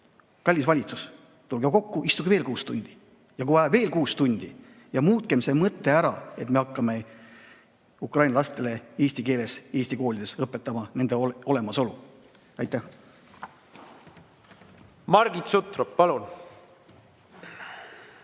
kallis valitsus, tulge kokku, istuge veel kuus tundi, ja kui vaja, veel kuus tundi, ning muutkem see mõte ära, et me hakkame ukraina lastele eesti keeles eesti koolides õpetama nende olemasolu. Aitäh! Margit Sutrop, palun!